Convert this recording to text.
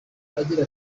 agira